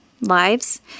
lives